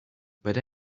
but